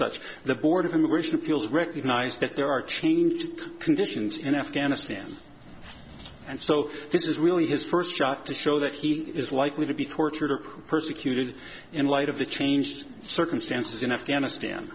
such the board of immigration appeals recognized that there are changed conditions in afghanistan and so this is really his first shot to show that he is likely to be tortured or persecuted in light of the changed circumstances in afghanistan